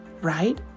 right